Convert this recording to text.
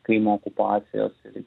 krymo okupacijos ir